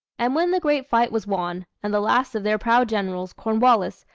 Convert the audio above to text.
and when the great fight was won, and the last of their proud generals, cornwallis,